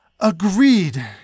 Agreed